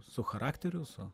su charakteriu su